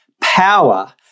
power